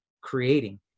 creating